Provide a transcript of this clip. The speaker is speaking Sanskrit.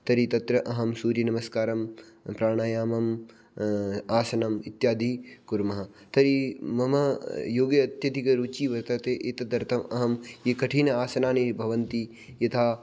तर्हि तत्र अहं सूर्यनमस्कारं प्राणायामम् आसनम् इत्यादि कुर्मः तर्हि मम योगे अत्यधिकरुचिः वर्तते एतदर्थम् अहम् ये कठिन आसनानि भवन्ति यथा